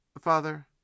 Father